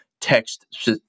text